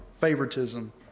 favoritism